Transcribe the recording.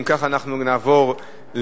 אם כך, אנחנו נעבור להצבעה.